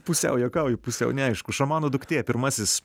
pusiau juokauju pusiau ne aišku šamanų duktė pirmasis